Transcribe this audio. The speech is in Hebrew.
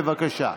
בבקשה.